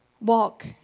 Walk